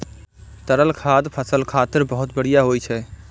तरल खाद फसल खातिर बहुत बढ़िया होइ छै